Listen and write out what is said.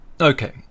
Okay